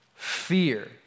Fear